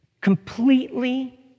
Completely